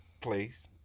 place